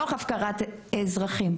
תוך הפקרת אזרחים.